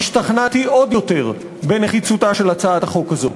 שהשתכנעתי עוד יותר בנחיצותה של הצעת החוק הזאת.